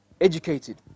educated